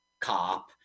cop